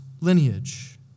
lineage